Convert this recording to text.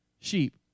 sheep